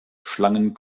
schlangen